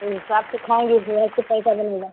तो हिसाब से खाएँगे जो है उससे पैसा बनेगा